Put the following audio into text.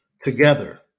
together